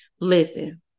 Listen